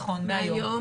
נכו, מהיום.